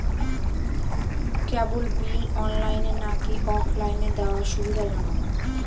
কেবল bill অনলাইনে নাকি অফলাইনে দেওয়া সুবিধাজনক?